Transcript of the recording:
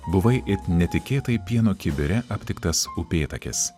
buvai it netikėtai pieno kibire aptiktas upėtakis